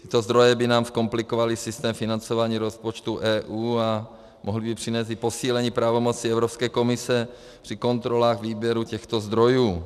Tyto zdroje by nám zkomplikovaly systém financování rozpočtu EU a mohly by přinést i posílení pravomocí Evropské komise při kontrolách výběru těchto zdrojů.